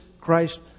Christ